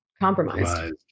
compromised